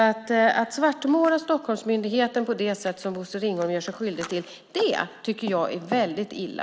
Att svartmåla Stockholmsmyndigheten så som Bosse Ringholm gör sig skyldig till är, tycker jag, väldigt illa.